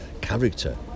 character